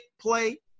play